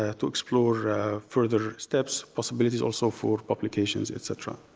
ah to explore further steps, possibilities also for publications, et cetera.